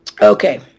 Okay